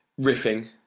riffing